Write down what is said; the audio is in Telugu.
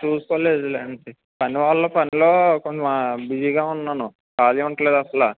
చూసుకోలేదు లేండి పని వల్ల పనిలో కొంచెం బిజీగా ఉన్నాను ఖాళీ ఉంట్లేదు అసలు